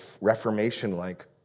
reformation-like